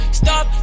stop